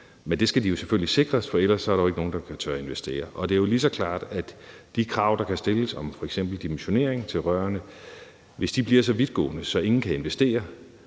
det. Det skal de jo selvfølgelig sikres, for ellers er der jo ikke nogen, der tør investere. Det er jo lige så klart, at hvis de krav, der kan stilles til rørene om f.eks. dimensionering, bliver så vidtgående, at ingen kan investere,